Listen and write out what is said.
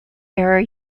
era